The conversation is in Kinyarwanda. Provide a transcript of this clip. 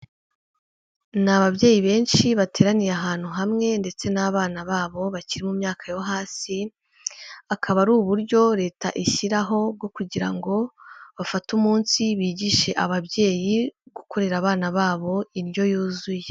Ni babyeyi benshi bateraniye ahantu hamwe ndetse n'abana babo bakiri mu myaka yo hasi, akaba ari uburyo Leta ishyiraho bwo kugira ngo bafate umunsi bigishe ababyeyi gukorerara abana babo indyo yuzuye.